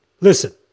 Listen